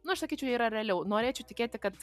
nu aš sakyčiau yra realiau norėčiau tikėti kad